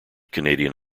canadian